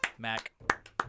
Mac